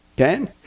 Okay